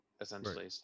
essentially